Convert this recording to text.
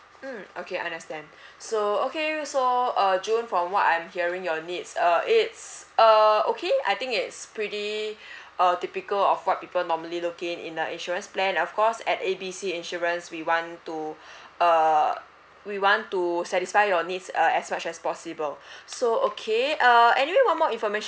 mm okay understand so okay so uh june from what I'm hearing your needs uh it's uh okay I think it's pretty uh typical of what people normally look in in a insurance plan and of course at A B C insurance we want to uh we want to satisfy your needs uh as much as possible so okay uh anyway one more information